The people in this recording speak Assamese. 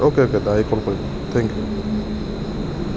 অ'কে অ'কে দাদা আহি ফোন কৰিব থ্যেংক ইউ